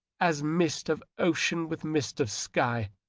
as mist of ocean with mist of sky.